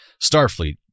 Starfleet